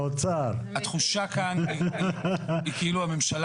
צחי: התחושה כאן היא כאילו הממשלה